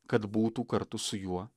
kad būtų kartu su juo